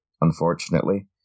unfortunately